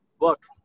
look